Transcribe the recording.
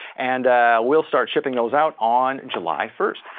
and we'll start shipping those out on july first.